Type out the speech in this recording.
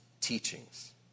teachings